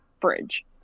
fridge